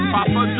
Papa